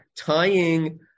Tying